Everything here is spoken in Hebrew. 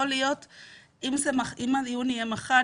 אם הדיון יהיה מחר,